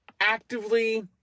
actively